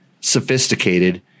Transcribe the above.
sophisticated